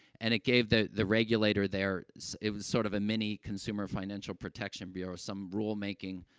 and it gave the the regulator there it was sort of a mini consumer financial protection bureau some rulemaking,